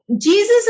Jesus